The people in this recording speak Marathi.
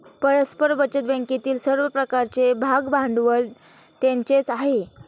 परस्पर बचत बँकेतील सर्व प्रकारचे भागभांडवल त्यांचेच आहे